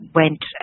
went